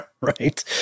right